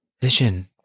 vision